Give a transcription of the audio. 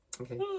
okay